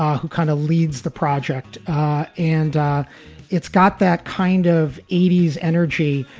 ah who kind of leads the project and it's got that kind of eighty s energy,